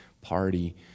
party